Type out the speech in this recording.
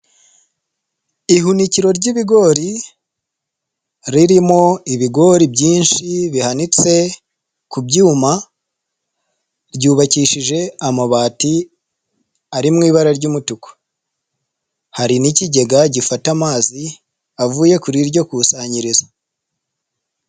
Ihunikiro ry'ibigori, ririmo ibigori byinshi bihanitse ku byuma, ryubakishije amabati ari mu ibara ry'umutuku, hari n'ikigega gifata amazi avuye kuri iryo kusanyirizo.